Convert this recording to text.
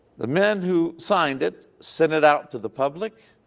the men who signed it sent it out to the public